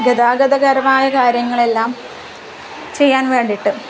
ഗതാഗതപരമായ കാര്യങ്ങളെല്ലാം ചെയ്യാൻ വേണ്ടിയിട്ട്